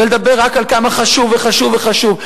ולדבר רק על כמה חשוב וחשוב וחשוב.